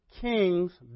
king's